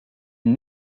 une